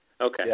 Okay